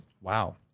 Wow